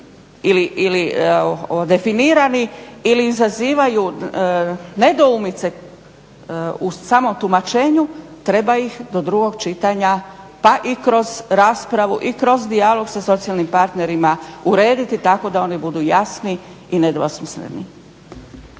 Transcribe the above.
ili definirani ili izazivaju nedoumice u samom tumačenju treba ih do drugog čitanja pa i kroz raspravu i kroz dijalog sa socijalnim partnerima urediti tako da oni budu jasni i nedvosmisleni.